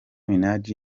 minaj